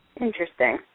Interesting